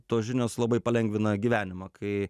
tos žinios labai palengvina gyvenimą kai